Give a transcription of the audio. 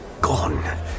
Gone